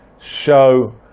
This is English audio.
show